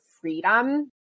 freedom